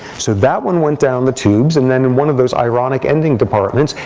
so that one went down the tubes. and then one of those ironic ending departments,